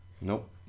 Nope